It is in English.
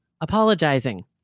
apologizing